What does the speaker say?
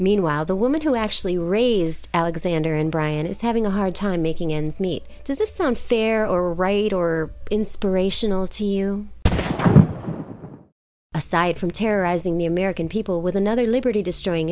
meanwhile the woman who actually raised alexander and brian is having a hard time making ends meet does this sound fair or right or inspirational to you aside from terrorizing the american people with another liberty destroying